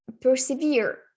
persevere